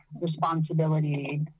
responsibility